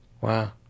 wow